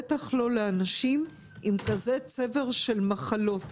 ובטח לא לאנשים עם צבר כזה של מחלות.